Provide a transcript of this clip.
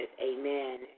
amen